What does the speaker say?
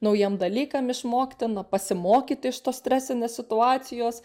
naujiem dalykam išmokti na pasimokyti iš to stresinės situacijos